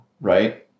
Right